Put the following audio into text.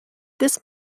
this